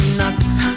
nuts